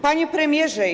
Panie Premierze!